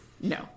No